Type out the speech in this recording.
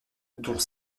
dont